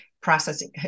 processing